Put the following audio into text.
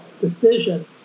decision